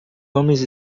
homens